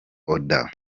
oda